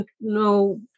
no